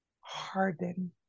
harden